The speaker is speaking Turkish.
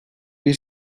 bir